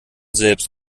selbst